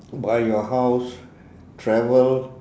buy your house travel